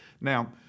Now